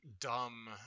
dumb